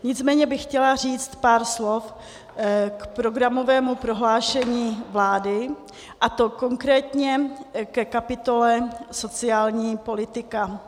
Nicméně bych chtěla říct pár slov k programovému prohlášení vlády, a to konkrétně ke kapitole sociální politika.